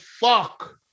fuck